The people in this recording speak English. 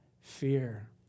fear